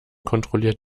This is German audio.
kontrolliert